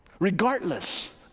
regardless